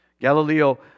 Galileo